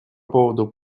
поводу